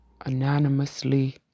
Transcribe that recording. anonymously